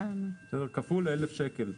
בסדר, זה כפול 1,000 שקל.